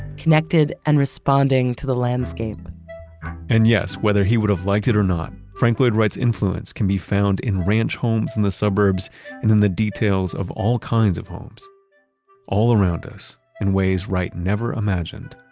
connected and responding to the landscape and yes, whether he would have liked it or not, frank lloyd wright's influence can be found in ranch homes in the suburbs, and in the details of all kinds of homes all around us, in ways wright never imagined.